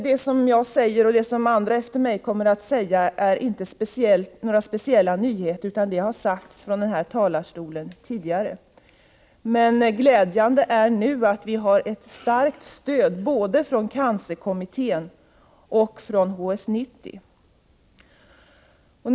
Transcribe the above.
Det som jag säger och det som andra efter mig kommer att säga är inga speciella nyheter, utan det har sagts från talarstolen tidigare. Men det glädjande är att vi nu har ett starkt stöd både från cancerkommittén och genom HS 90-utredningen.